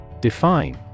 Define